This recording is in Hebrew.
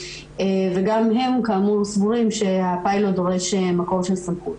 וגם הם כאמור סבורים שהפיילוט דורש מקור של סמכות.